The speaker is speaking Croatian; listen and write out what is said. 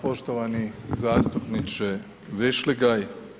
Poštovani zastupniče VEšligaj.